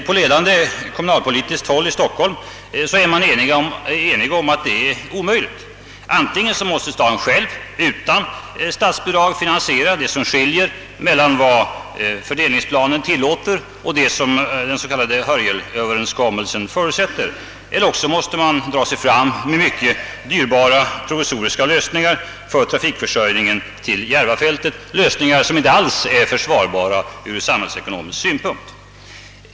På ledande kommunalpolitiskt håll i Stockholm är man enig om att detta är omöjligt. Antingen måste staden själv utan statsbidrag finansiera det som skiljer mellan vad fördelningsplanen tillåter och vad den s.k. Hörjelöverenskommelsen förutsätter, eller också måste man dra sig fram med mycket dyrbara provisoriska lösningar för trafikförsörjningen till Järvafältet, lösningar som inte är försvarbara från samhällsekonomisk synpunkt.